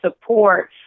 support